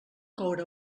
coure